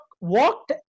walked